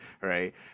Right